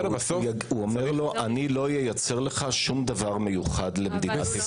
הוא אומר לו אני לא אייצר לך שום דבר מיוחד למדינת ישראל.